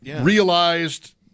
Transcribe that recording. Realized